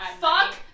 Fuck